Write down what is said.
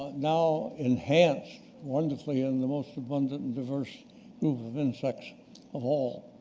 now enhanced wonderfully in the most abundant and diverse group of insects of all,